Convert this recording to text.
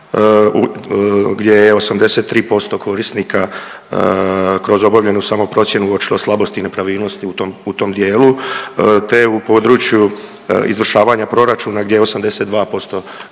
gdje je 83% korisnika kroz obavljenu samo procjenu uočilo slabosti i nepravilnosti u tom dijelu, te u području izvršavanja proračuna gdje je 82% korisnika